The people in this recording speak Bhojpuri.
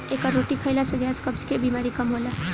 एकर रोटी खाईला से गैस, कब्ज के बेमारी कम होला